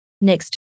Next